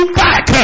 back